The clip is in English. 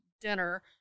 dinner